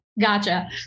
Gotcha